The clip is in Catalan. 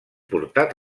portat